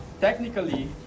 Technically